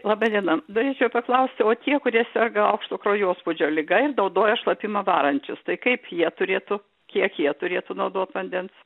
laba diena norėčiau paklausti o tie kurie serga aukšto kraujospūdžio liga ir naudoja šlapimą varančius tai kaip jie turėtų kiek jie turėtų naudot vandens